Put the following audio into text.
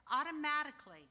automatically